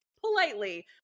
politely